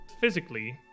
physically